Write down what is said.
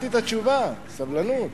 אתה שר בממשלה.